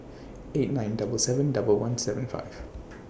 eight nine double seven double one seven five